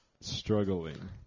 struggling